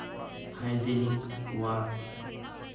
hygienic word